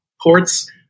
Ports